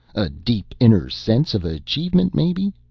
a deep inner sense of achievement, maybe?